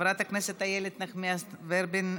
חברת הכנסת איילת נחמיאס ורבין,